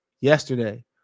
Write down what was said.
yesterday